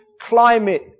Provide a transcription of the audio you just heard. climate